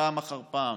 פעם אחר פעם,